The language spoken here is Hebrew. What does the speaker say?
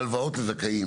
בהלוואות לזכאים